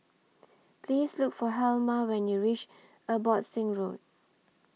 Please Look For Helma when YOU REACH Abbotsingh Road